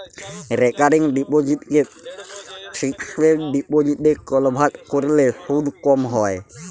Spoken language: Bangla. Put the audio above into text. রেকারিং ডিপসিটকে ফিকসেড ডিপসিটে কলভার্ট ক্যরলে সুদ ক্যম হ্যয়